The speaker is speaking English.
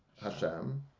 Hashem